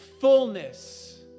fullness